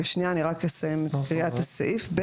אני אסיים את קריאת הסעיף.